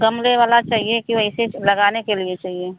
गमले वाला चाहिए कि वैसे लगाने के लिए चाहिए